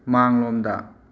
ꯃꯥꯡꯂꯣꯝꯗ